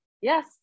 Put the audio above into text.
Yes